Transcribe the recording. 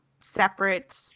separate